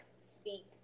speak